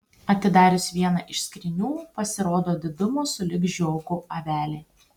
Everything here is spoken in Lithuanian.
atidarius vieną iš skrynių pasirodo didumo sulig žiogu avelė